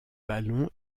ballons